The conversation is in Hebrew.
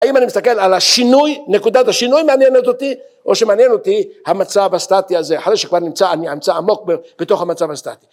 האם אני מסתכל על השינוי, נקודת השינוי מעניינת אותי, או שמעניין אותי המצב הסטטי הזה, אחרי שכבר נמצא, אני נמצא עמוק בתוך המצב הסטטי